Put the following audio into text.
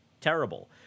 terrible